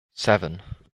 seven